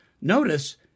Notice